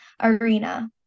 arena